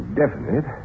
definite